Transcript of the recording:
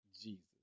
Jesus